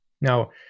Now